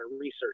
research